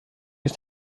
ist